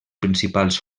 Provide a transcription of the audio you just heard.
principals